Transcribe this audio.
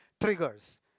triggers